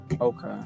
Okay